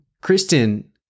Kristen